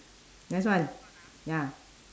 next one ya